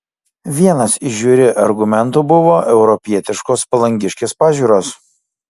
vienas iš žiuri argumentų buvo europietiškos palangiškės pažiūros